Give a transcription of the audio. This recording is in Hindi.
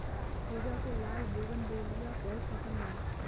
पूजा को लाल बोगनवेलिया बहुत पसंद है